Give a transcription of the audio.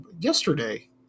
yesterday